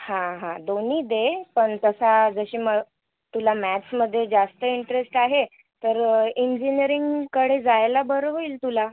हां हां दोन्ही दे पण तसा जशी म तुला मॅथ्समध्ये जास्त इंटरेस्ट आहे तर इंजिनिअरिंगकडे जायला बरं होईल तुला